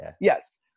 Yes